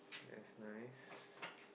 that's nice